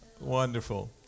Wonderful